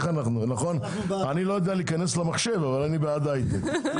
אני לא יודע להיכנס למחשב אבל אני בעד ההיי-טק,